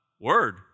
Word